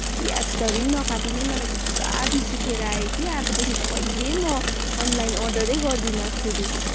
प्याजधरि पनि नकाटिने मलाई त रिस उठेर आयो कि अबदेखि त कहिल्यै म अनलाइन अर्डरै गर्दिनँ छुरी